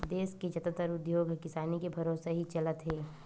देस के जादातर उद्योग ह किसानी के भरोसा ही चलत हे